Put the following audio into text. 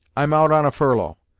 i'm out on a furlough,